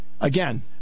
again